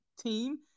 team